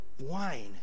wine